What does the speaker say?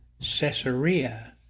Caesarea